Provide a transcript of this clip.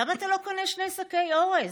למה אתה לא קונה שני שקי אורז?